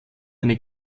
eine